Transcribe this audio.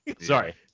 sorry